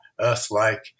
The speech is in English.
Earth-like